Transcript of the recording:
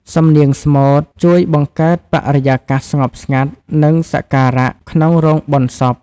សំនៀងស្មូតជួយបង្កើតបរិយាកាសស្ងប់ស្ងាត់ និងសក្ការៈក្នុងរោងបុណ្យសព។